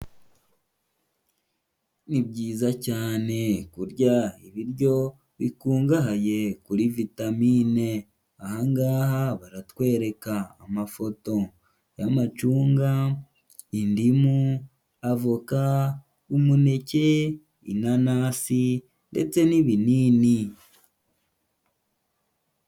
Ni byiza cyane kurya ibiryo bikungahaye kuri vitamine, aha ngaha baratwereka amafoto y'amacunga, indimu, avoka, umuneke, inanasi, ndetse n'ibinini.